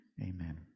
amen